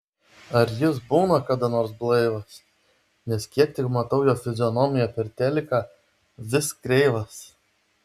ar jis būna kada nors blaivas nes kiek tik matau jo fizionomiją per teliką vis kreivas